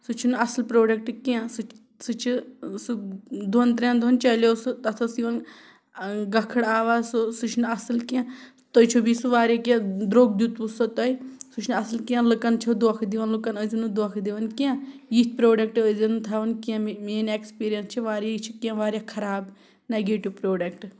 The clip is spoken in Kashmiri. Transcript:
سُہ چھِنہٕ اَصٕل پرٛوڈَکٹ کینٛہہ سُہ سُہ چھِ سُہ دۄن ترٛٮ۪ن دۄہَن چَلیو سُہ تَتھ ٲس یِوان گٔکھٕڑ آواز سُہ سُہ چھِنہٕ اَصٕل کینٛہہ تُہۍ چھُو بیٚیہِ سُہ واریاہ کینٛہہ درٛوٚگ دیُٚتوُ سُہ تۄہہِ سُہ چھِنہٕ اَصٕل کینٛہہ لُکَن چھِو دھوکہٕ دِوان لُکَن ٲسۍ زیو نہٕ دھوکہٕ دِوان کینٛہہ یِتھ پرٛوڈَکٹ ٲسۍ زیو نہٕ تھَوان کینٛہہ مے میٲنۍ ایٚکٕسپیٖرنٕس چھِ واریاہ یہِ چھِ کینٛہہ واریاہ خراب نَگیٹِو پرٛوڈَکٹ